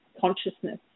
consciousness